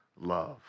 love